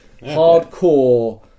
hardcore